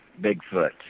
Bigfoot